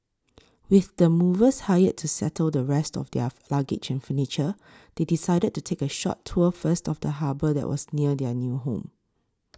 with the movers hired to settle the rest of their luggage and furniture they decided to take a short tour first of the harbour that was near their new home